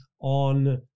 on